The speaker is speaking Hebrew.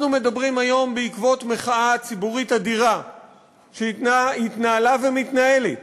אנחנו מדברים היום בעקבות מחאה ציבורית אדירה שהתנהלה ומתנהלת